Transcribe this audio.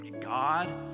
God